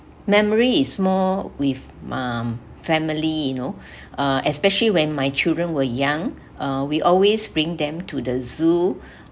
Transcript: memory is more with my family you know uh especially when my children were young uh we always bring them to the zoo